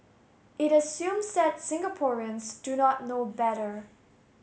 it assumes that Singaporeans do not know better